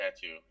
tattoo